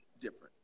different